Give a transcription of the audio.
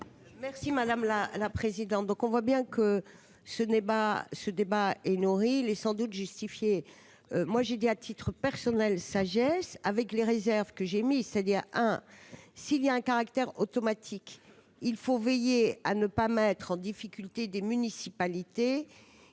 Merci madame la présidente, donc on voit bien que ce débat, ce débat et nourri les sans doute justifié, moi j'ai dit à titre personnel, sagesse, avec les réserves que j'ai mis dire hein, s'il y a un caractère automatique, il faut veiller à ne pas mettre en difficulté des municipalités